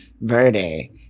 Verde